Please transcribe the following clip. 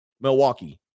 Milwaukee